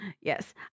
Yes